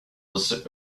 was